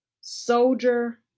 Soldier